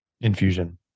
infusion